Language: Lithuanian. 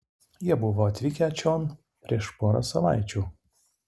jie buvo atvykę čion prieš porą savaičių